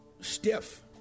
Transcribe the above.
stiff